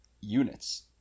units